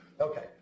Okay